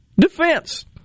Defense